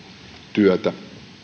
työtä